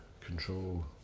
control